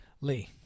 Lee